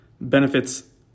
benefits